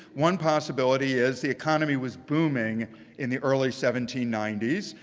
one possibility is the economy was booming in the early seventeen ninety s.